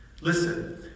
Listen